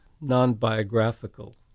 non-biographical